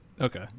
okay